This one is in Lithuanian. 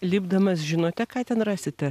lipdamas žinote ką ten rasite